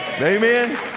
Amen